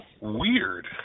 Weird